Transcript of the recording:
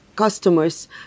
Customers